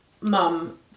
mum